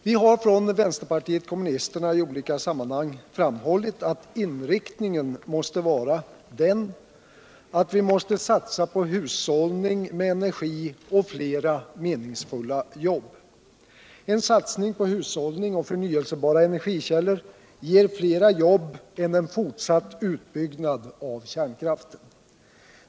Vi har från vänsterpartiet kommunisterna i olika sammanhang framhållit att inriktningen måste vara den att man måste satsa på hushållning med energi och på fler meningsfulla jobb. En satsning på hushållning och förnyelsebara energikällor ger fer jobb än en fortsatt utbyggnad av kärnkraften.